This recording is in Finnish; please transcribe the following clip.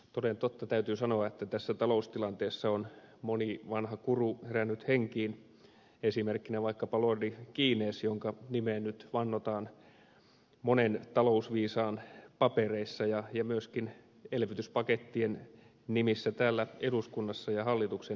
toden totta täytyy sanoa että tässä taloustilanteessa on moni vanha guru herännyt henkiin esimerkkinä vaikkapa lordi keynes jonka nimeen nyt vannotaan monen talousviisaan papereissa ja myöskin elvytyspakettien nimissä täällä eduskunnassa ja hallituksen esityksissä